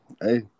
Hey